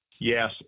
Yes